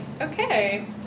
okay